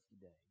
today